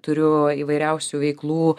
turiu įvairiausių veiklų